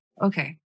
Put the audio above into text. Okay